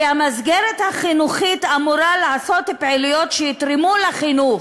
כי המסגרת החינוכית אמורה לעשות פעילויות שיתרמו לחינוך,